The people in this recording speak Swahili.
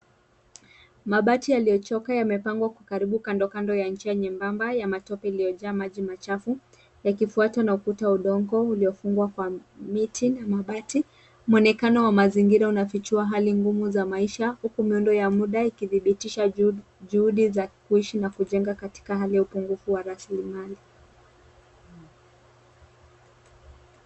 Mabati yaliyochoka yamepangwa karibu kando kando ya njia nyembamba ya matope iliyojaa maji machafu yakifuatwa na ukuta wa udongo uliofungwa kwa miti na mabati. Muonekano wa mazingira unafichua hali ngumu za maisha huku miundo ya muda ikidhibitisha juhudi za kuishi na kujenga katika hali ya upungufu wa rasilimali.